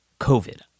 COVID